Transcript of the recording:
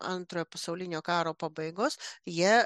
antrojo pasaulinio karo pabaigos jie